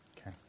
Okay